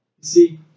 See